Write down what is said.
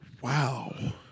Wow